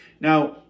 Now